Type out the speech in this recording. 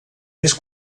més